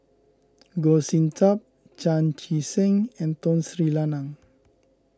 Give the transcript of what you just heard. Goh Sin Tub Chan Chee Seng and Tun Sri Lanang